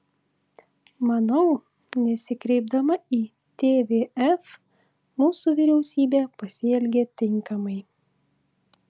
manau nesikreipdama į tvf mūsų vyriausybė pasielgė tinkamai